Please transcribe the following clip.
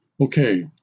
Okay